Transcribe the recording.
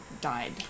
died